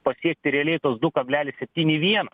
pasiekti realiai tuos du kablelis septyni vienas